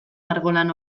margolan